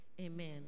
Amen